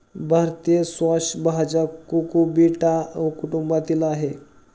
भारतीय स्क्वॅश भाजी कुकुबिटा कुटुंबातील आहे